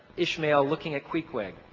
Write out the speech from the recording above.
ishmael looking at queequeg.